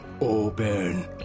Open